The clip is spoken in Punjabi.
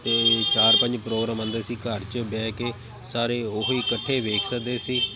ਅਤੇ ਚਾਰ ਪੰਜ ਪ੍ਰੋਗਰਾਮ ਆਉਂਦੇ ਸੀ ਘਰ 'ਚ ਬਹਿ ਕੇ ਸਾਰੇ ਉਹੀ ਇਕੱਠੇ ਵੇਖ ਸਕਦੇ ਸੀ